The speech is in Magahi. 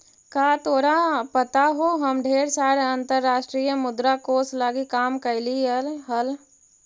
का तोरा पता हो हम ढेर साल अंतर्राष्ट्रीय मुद्रा कोश लागी काम कयलीअई हल